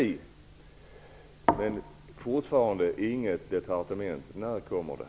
Det finns fortfarande inget departement. När kommer det?